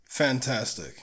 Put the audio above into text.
fantastic